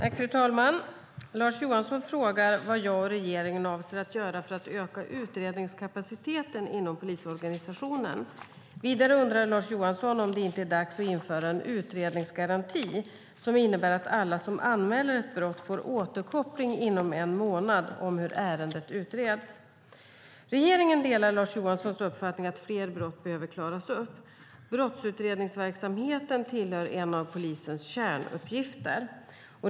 Fru talman! Lars Johansson frågar vad jag och regeringen avser att göra för att öka utredningskapaciteten inom polisorganisationen. Vidare undrar Lars Johansson om det inte är dags att införa en utredningsgaranti som innebär att alla som anmäler ett brott får återkoppling inom en månad om hur ärendet utreds. Regeringen delar Lars Johanssons uppfattning att fler brott behöver klaras upp. Brottsutrednings-verksamheten tillhör en av polisens kärnuppgifter.